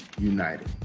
united